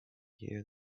hear